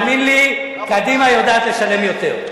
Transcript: תאמין לי, קדימה יודעת לשלם יותר.